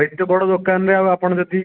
ଏତେ ବଡ଼ ଦୋକାନରେ ଆଉ ଆପଣ ଯଦି